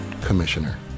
commissioner